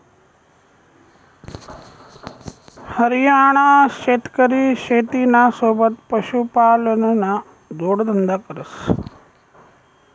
हरियाणाना शेतकरी शेतीना सोबत पशुपालनना जोडधंदा करस